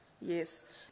Yes